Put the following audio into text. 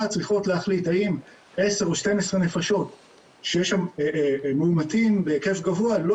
צריכות להחליט האם 10 או 12 נפשות שיש שם מאומתים בהיקף גבוה לא